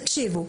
תקשיבו,